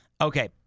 Okay